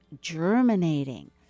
Germinating